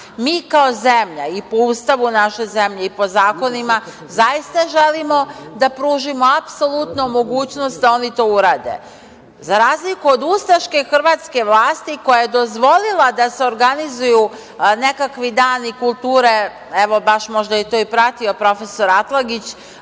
kao zemlja, i po Ustavu naše zemlje i po zakonima, zaista želimo da pružimo apsolutnu mogućnost da oni to urade, za razliku od ustaške hrvatske vlasti koja je dozvolila da se organizuju nekakvi dani kulture, evo, baš možda je to i pratio Prof. Atlagić,